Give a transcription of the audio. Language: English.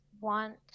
want